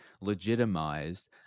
legitimized